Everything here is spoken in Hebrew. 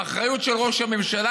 באחריות של ראש הממשלה,